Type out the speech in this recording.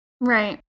Right